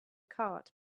cart